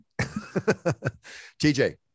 TJ